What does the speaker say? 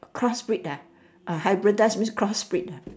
cross breed ah uh hybridise means cross breed ah